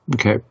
okay